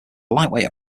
lightweight